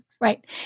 Right